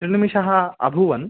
त्रिनिमेषाः अभूवन्